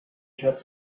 just